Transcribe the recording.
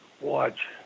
watch